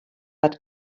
that